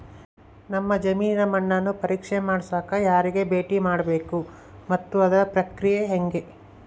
ನಮ್ಮ ಜಮೇನಿನ ಮಣ್ಣನ್ನು ಪರೇಕ್ಷೆ ಮಾಡ್ಸಕ ಯಾರಿಗೆ ಭೇಟಿ ಮಾಡಬೇಕು ಮತ್ತು ಅದರ ಪ್ರಕ್ರಿಯೆ ಹೆಂಗೆ?